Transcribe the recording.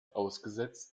ausgesetzt